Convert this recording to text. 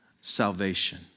salvation